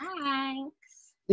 thanks